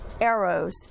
arrows